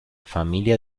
familia